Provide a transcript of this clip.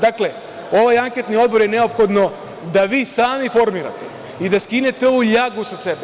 Dakle, ovaj anketni odbor je neophodno da vi sami formirate i da skinete ovu ljagu sa sebe.